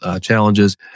challenges